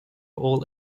all